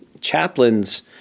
Chaplain's